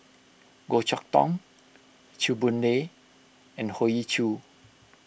Goh Chok Tong Chew Boon Lay and Hoey Choo